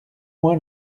moi